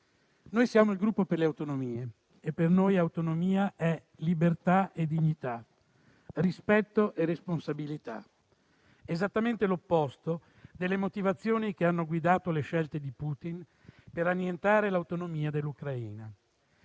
Noi siamo il Gruppo Per le Autonomie e per noi autonomia è libertà e dignità, rispetto e responsabilità, esattamente l'opposto delle motivazioni che hanno guidato le scelte di Putin per annientare l'autonomia dell'Ucraina